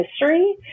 history